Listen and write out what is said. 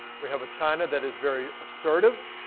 we have a china that is very assertive,